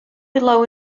below